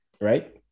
right